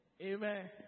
Amen